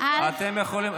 אתם יכולים,